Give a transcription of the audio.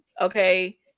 okay